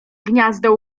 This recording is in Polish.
gniazdo